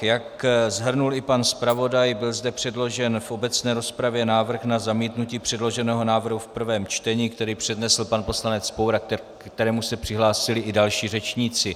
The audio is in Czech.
Jak shrnul i pan zpravodaj, byl zde předložen v obecné rozpravě návrh na zamítnutí předloženého návrhu v prvém čtení, který přednesl pan poslanec Pour a ke kterému se přihlásili i další řečníci.